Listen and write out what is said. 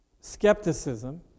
skepticism